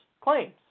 claims